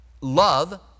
love